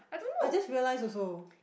I just realized also